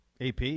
AP